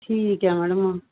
ਠੀਕ ਹੈ ਮੈਡਮ